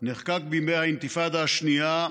נחקק בימי האינתיפאדה השנייה,